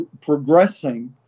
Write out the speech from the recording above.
progressing